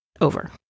over